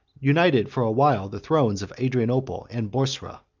united for a while the thrones of adrianople and boursa.